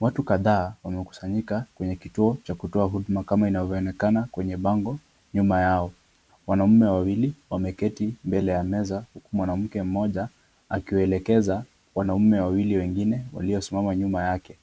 Watu kadhaa wamekusanyika kwenye kituo cha kutoa huduma kama inavyoonekana kwenye bango nyuma yao. Wanaume wawili wameketi mbele ya meza huku mwanamke mmoja akiwaelekeza wanaume wawili wengine waliosimama nyuma yake.